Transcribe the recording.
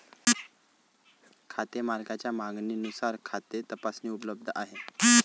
खाते मालकाच्या मागणीनुसार खाते तपासणी उपलब्ध आहे